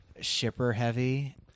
shipper-heavy